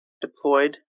deployed